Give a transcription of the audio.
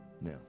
now